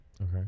okay